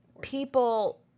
People